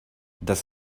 das